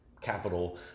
capital